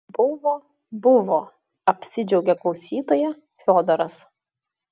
buvo buvo apsidžiaugė klausytoja fiodoras